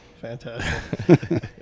Fantastic